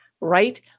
right